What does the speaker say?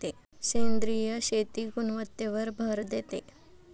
सेंद्रिय शेती गुणवत्तेवर भर देते